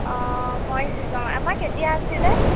অঁ মই কি ক'ম আমাৰ কেতিয়া আছিলে